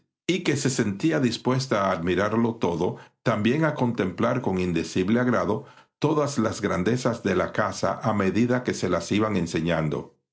place que se sentía dispuesta a admirarlo todo y a contemplar con indecible agrado todas las grandezas de la casa a medida que se las iban enseñando